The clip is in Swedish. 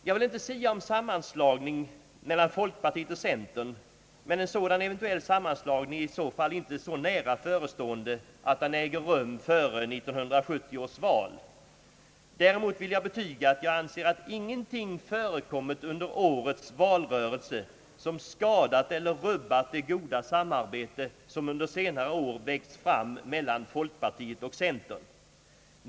Jag vill inte sia om sammanslagning mellan folkpartiet och centern, men en sådan eventuell sammanslagning är i så fall inte så nära förestående att den äger rum före 1970 års val. Däremot vill jag betyga att jag anser att ingenting förekommit under årets valrörelse som skadat eller rubbat det goda samarbete som under senare år växt fram mellan folkpartiet och centern.